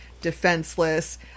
defenseless